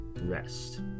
rest